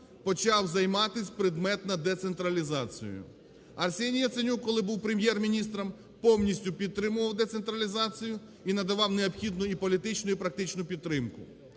почав займатися предметно децентралізацією. Арсеній Яценюк, коли був Прем'єр-міністром, повністю підтримував децентралізацію і надавав необхідну і політичну і практичну підтримку.